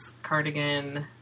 cardigan